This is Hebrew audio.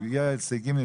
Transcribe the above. הוא הגיע ל-5%.